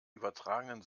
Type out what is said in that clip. übertragenen